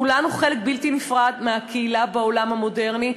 כולנו חלק בלתי נפרד מהקהילה בעולם המודרני,